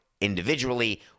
individually